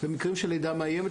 במקרים של לידה מאיימת,